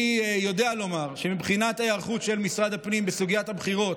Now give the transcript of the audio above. אני יודע לומר שמבחינת ההיערכות של משרד הפנים בסוגיית הבחירות,